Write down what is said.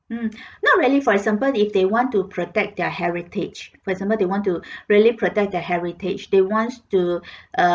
mm not really for example if they want to protect their heritage for example they want to really protect their heritage they wants to err